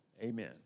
Amen